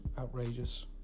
outrageous